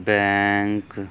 bank